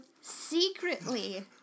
secretly